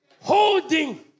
Holding